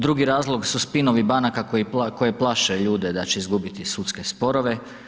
Drugi razlog su spinovi banaka koji plaše ljude da će izgubiti sudske sporove.